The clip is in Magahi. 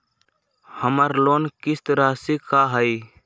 हमर लोन किस्त राशि का हई?